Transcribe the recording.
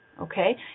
okay